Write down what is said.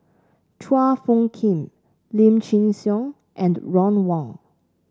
Chua Phung Kim Lim Chin Siong and Ron Wong